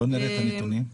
בואו נראה את הנתונים.